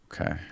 Okay